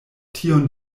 tion